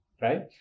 right